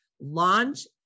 Launch